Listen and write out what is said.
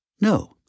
No